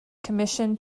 commissioned